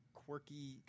Quirky